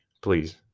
Please